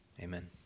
Amen